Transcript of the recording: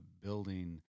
building